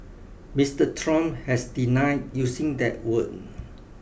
Mister Trump has denied using that word